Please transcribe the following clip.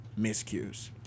miscues